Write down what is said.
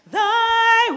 thy